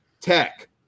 tech